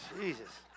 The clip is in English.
Jesus